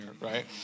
right